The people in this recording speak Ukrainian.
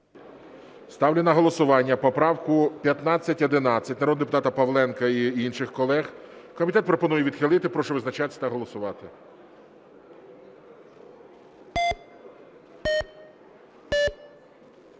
Ставлю на голосування поправку 1511 народного депутата Павленка і інших колег. Комітет пропонує відхилити. Прошу визначатися та голосувати.